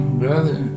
brother